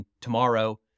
tomorrow